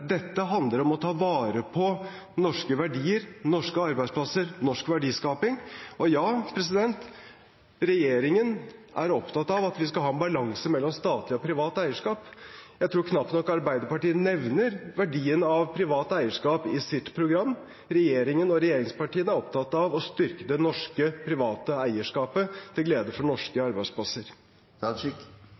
Dette handler om å ta vare på norske verdier, norske arbeidsplasser, norsk verdiskaping. Og ja: Regjeringen er opptatt av at vi skal ha en balanse mellom statlig og privat eierskap. Jeg tror knapt nok Arbeiderpartiet nevner verdien av privat eierskap i sitt program. Regjeringen og regjeringspartiene er opptatt av å styrke det norske private eierskapet, til gunst for norske arbeidsplasser.